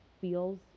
feels